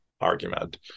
argument